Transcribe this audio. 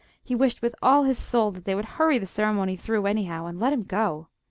he wished with all his soul that they would hurry the ceremony through, anyhow, and let him go.